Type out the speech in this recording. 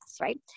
right